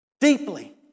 deeply